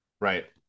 Right